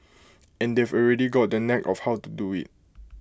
and they've already got the knack of how to do IT